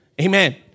Amen